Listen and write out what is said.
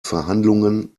verhandlungen